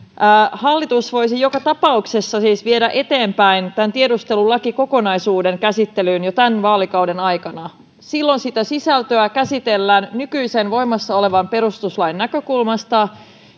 hallitus voisi joka tapauksessa siis viedä eteenpäin tämän tiedustelulakikokonaisuuden käsittelyyn jo tämän vaalikauden aikana silloin sitä sisältöä käsitellään nykyisen voimassa olevan perustuslain näkökulmasta